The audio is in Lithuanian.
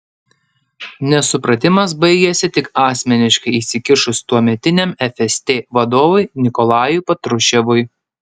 nesupratimas baigėsi tik asmeniškai įsikišus tuometiniam fst vadovui nikolajui patruševui